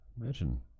Imagine